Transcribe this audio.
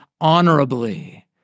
honorably